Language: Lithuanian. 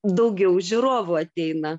daugiau žiūrovų ateina